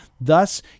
Thus